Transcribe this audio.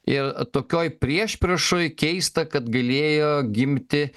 ir tokioj priešpriešoj keista kad galėjo gimti a